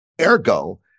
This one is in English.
Ergo